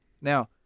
Now